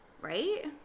Right